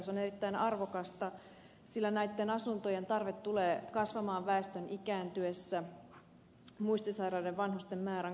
se on erittäin arvokasta sillä näitten asuntojen tarve tulee kasvamaan väestön ikääntyessä muistisairaiden vanhusten määrän kasvaessa